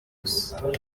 gusa